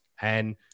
And-